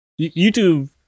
YouTube